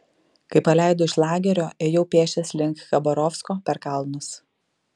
kai paleido iš lagerio ėjau pėsčias link chabarovsko per kalnus